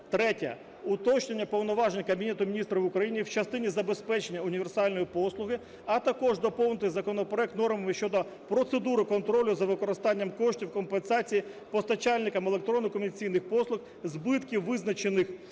Третє. Уточнення повноважень Кабінету Міністрів України в частині забезпечення універсальної послуг, а також доповнити законопроект нормами щодо процедури контролю за використанням коштів компенсації постачальникам електронних комунікаційних послуг збитків, визначених